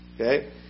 Okay